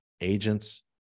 agents